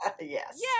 Yes